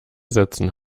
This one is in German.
setzen